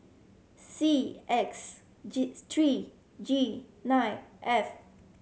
C X G three G nine F